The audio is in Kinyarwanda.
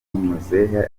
muzehe